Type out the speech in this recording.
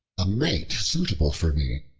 a mate suitable for me,